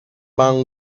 van